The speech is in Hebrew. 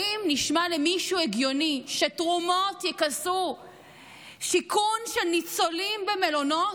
האם נשמע למישהו הגיוני שתרומות יכסו שיכון של ניצולים במלונות?